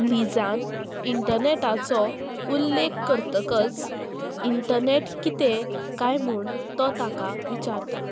लिजान इंटरनॅटाचो उल्लेख करतकच इंटरनेट कितें काय म्हूण तो ताका विचारता